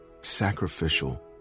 sacrificial